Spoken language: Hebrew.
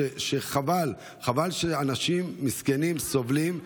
חבל שאנשים מסכנים סובלים.